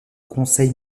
conseil